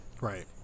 Right